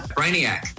Brainiac